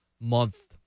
month